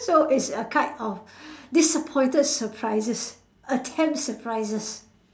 so it's a kind of disappointed surprises attempt surprises